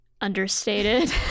understated